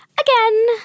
Again